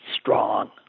strong